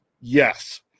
Yes